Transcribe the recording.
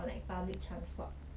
ya lah they will feel